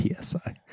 PSI